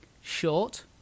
Short